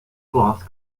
class